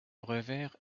revers